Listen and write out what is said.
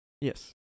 Yes